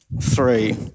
three